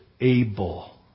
able